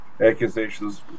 accusations